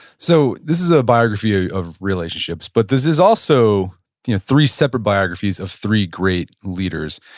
so, this is a biography of relationships, but this is also three separate biographies of three great leaders.